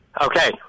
Okay